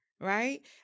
Right